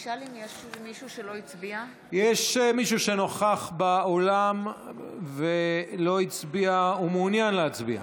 האם יש מישהו שנוכח באולם ולא הצביע ומעוניין להצביע?